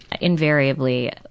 invariably